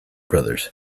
brothers